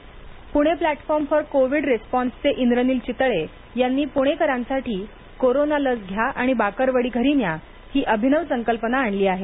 लस आणि bakarwadi Pune platform for COVID रिस्पॉन्सचे इंद्रनील चितळे यांनी पूणेकरांसाठी कोरोना लस घ्या आणि बाकरवडी घरी न्या ही अभिनव संकल्पना आणली आहे